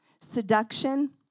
seduction